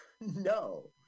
No